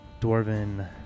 dwarven